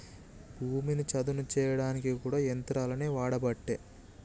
భూమిని చదును చేయడానికి కూడా యంత్రాలనే వాడబట్టే